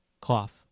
cloth